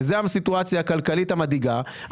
וזו הסיטואציה הכלכלית המדאיגה,